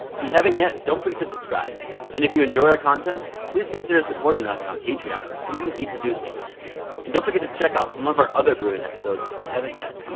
haven't yet don't forget to subscribe. and if you enjoy our content please consider supporting us on patreon so we can keep producing and don't forget to check out some of our other brewing episodes if you haven't yet